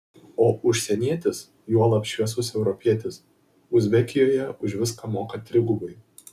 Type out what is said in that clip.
o užsienietis juolab šviesus europietis uzbekijoje už viską moka trigubai